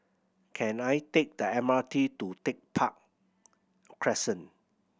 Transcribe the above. can I take the M R T to Tech Park Crescent